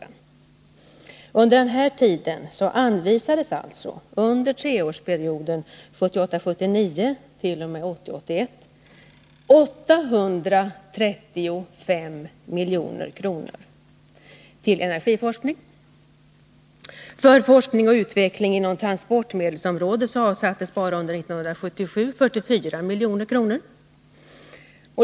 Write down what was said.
Och under den här tiden, treårsperioden 1978 81, anvisades 835 milj.kr. till energiforskning. För forskning och utveckling inom transportmedelsområdet avsattes bara under 1977 44 milj.kr.